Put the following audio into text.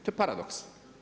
To je paradoks.